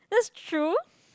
that's true